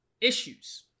issues